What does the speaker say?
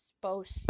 supposed